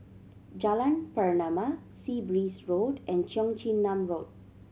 Jalan Pernama Sea Breeze Road and Cheong Chin Nam Road